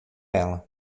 ela